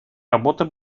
работа